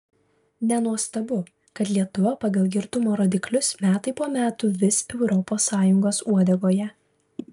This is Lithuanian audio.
nenuostabu kad lietuva pagal girtumo rodiklius metai po metų vis europos sąjungos uodegoje